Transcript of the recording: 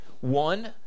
One